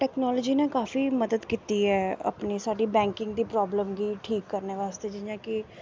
technology ने काफी मदद कीती ऐ अपनी साढ़ी बैंकिंग दी प्राब्लम गी ठीक करने बास्तै जियां कि